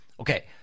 Okay